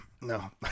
No